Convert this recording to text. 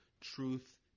truth